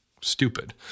stupid